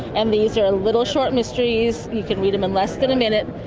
and these are little short mysteries, you can read them in less than a minute,